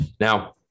Now